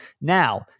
Now